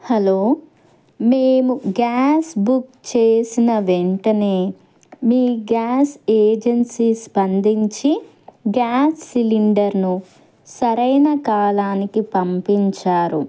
hello మేము gas book చేసిన వెంటనే మీ గ్యాస్ ఏజెన్సీ స్పందించి గ్యాస్ సిలిండర్ను సరైన కాలానికి పంపించారు